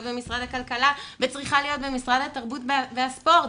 במשרד הכלכלה וצריכה להיות במשרד התרבות והספורט.